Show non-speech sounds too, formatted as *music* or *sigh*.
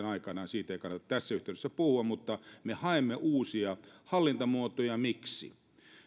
*unintelligible* aikanaan siitä ei kannata tässä yhteydessä puhua mutta me haemme uusia hallintamuotoja miksi